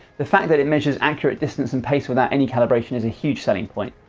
the fact that it measures accurate distance and pace without any calibration is a huge selling point,